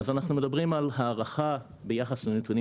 אז אנחנו מדברים על הערכה ביחס לנתונים